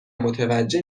متوجه